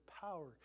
power